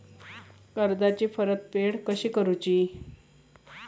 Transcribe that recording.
कर्जाची परतफेड कशी करूची?